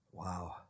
Wow